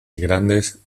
grandes